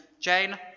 Jane